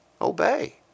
Obey